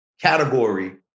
category